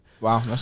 Wow